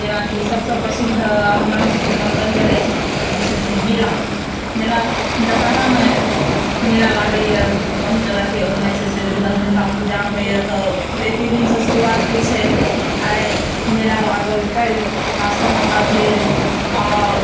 जेनाकि सबसँ प्रसिद्ध हमरा सभकेँ मनोरञ्जन अछि से मेला जेना दशहरामे मेला लागैया बहुत तरहकेँ ओहिमे जे छै से दस दिनका पूजा होइया तऽ एहि दिनसँ शुरूआत होइ छै आइ मेला लागल काल्हि नाँच तमाशा भेल आ